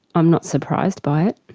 um not surprised by it,